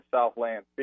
Southland